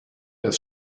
des